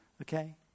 okay